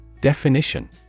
Definition